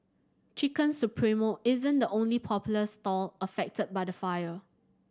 Chicken Supremo isn't the only popular stall affected by the fire